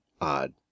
odd